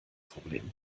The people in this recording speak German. problem